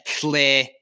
clear